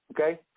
okay